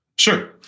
sure